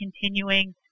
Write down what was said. continuing